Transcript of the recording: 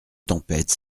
tempête